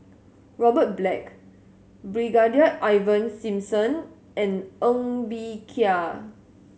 Robert Black Brigadier Ivan Simson and Ng Bee Kia